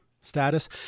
status